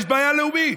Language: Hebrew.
יש בעיה לאומית,